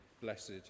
Blessed